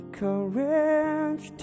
courage